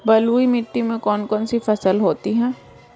बलुई मिट्टी में कौन कौन सी फसल होती हैं?